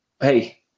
Hey